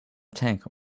tank